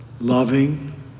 loving